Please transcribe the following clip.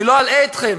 אני לא אלאה אתכם,